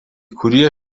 kurie